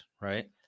right